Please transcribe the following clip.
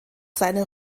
seiner